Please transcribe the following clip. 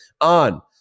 on